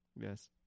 Yes